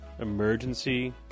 emergency